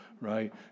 right